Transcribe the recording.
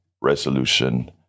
resolution